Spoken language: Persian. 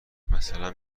مثلا